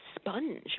sponge